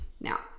Now